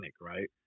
right